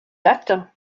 latin